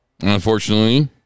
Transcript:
unfortunately